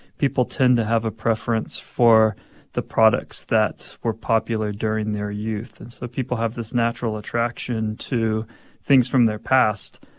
people tend to have a preference for the products that were popular during their youth. and so people have this natural attraction to things from their past.